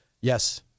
Yes